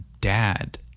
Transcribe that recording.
dad